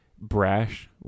brash